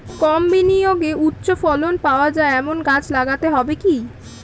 কম বিনিয়োগে উচ্চ ফলন পাওয়া যায় এমন গাছ লাগাতে হবে কি?